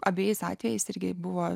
abejais atvejais irgi buvo